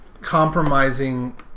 Compromising